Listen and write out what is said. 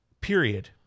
period